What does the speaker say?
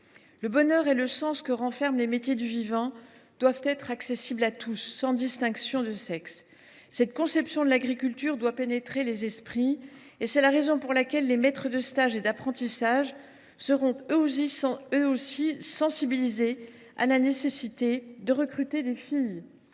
du vivant et le sens qu’ils donnent doivent être accessibles à tous, sans distinction de sexe. Cette conception de l’agriculture doit pénétrer tous les esprits. C’est la raison pour laquelle les maîtres de stage et d’apprentissage seront eux aussi sensibilisés à la nécessité de recruter des filles.